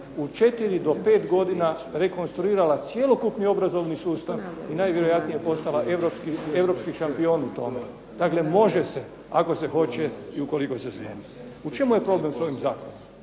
u četiri do pet godina rekonstruirala cjelokupni obrazovni sustav i najvjerojatnije postala europski šampion u tome. Dakle, može se ako se hoće i ukoliko se želi. U čemu je problem sa ovim zakonom?